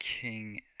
King